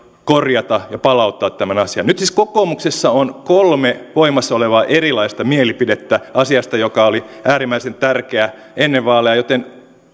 korjata ja palauttaa tämän asian nyt siis kokoomuksessa on kolme voimassa olevaa erilaista mielipidettä asiasta joka oli äärimmäisen tärkeä ennen vaaleja joten